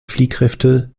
fliehkräfte